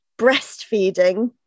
breastfeeding